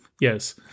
yes